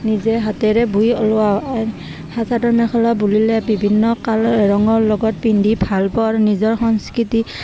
নিজে হাতেৰে বৈ ওলোৱা হয় চাদৰ মেখেলা বুলিলে বিভিন্ন কালাৰ ৰঙৰ লগত পিন্ধি ভাল পাওঁ আৰু নিজৰ সংস্কৃতি